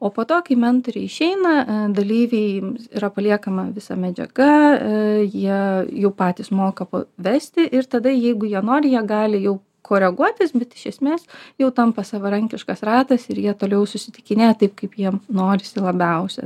o po to kai mentoriai išeina dalyviai ims yra paliekama visa medžiaga jie jau patys moka vesti ir tada jeigu jie nori jie gali jau koreguotis bet iš esmės jau tampa savarankiškas ratas ir jie toliau susitikinėja taip kaip jiem norisi labiausiai